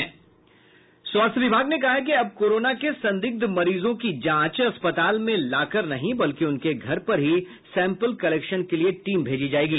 स्वास्थ्य विभाग ने कहा है कि अब कोरोना के संदिग्ध मरीजों की जांच अस्पताल में लाकर नहीं बल्कि उनके घर पर ही सैंपल कलेक्शन के लिए टीम भेजी जायेगी